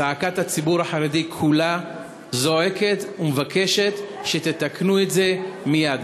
זעקת הציבור החרדי כולה מבקשת שתתקנו את זה מיד.